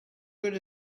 good